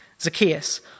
Zacchaeus